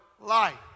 life